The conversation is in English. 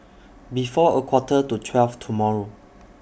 before A Quarter to twelve tomorrow